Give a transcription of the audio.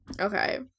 Okay